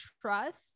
trust